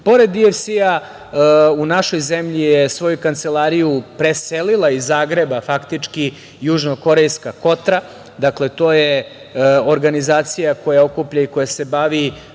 DFC-ja, u našu zemlju je svoju kancelariju preselila iz Zagreba faktički južnokorejska „Kotra“, dakle, to je organizacija koja okuplja i koja se bavi